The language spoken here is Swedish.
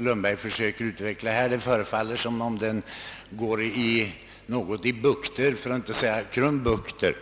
Lundberg försökte utveckla här. Det förefaller som om den i någon mån går i bukter för att inte säga krumbukter.